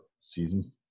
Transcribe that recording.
season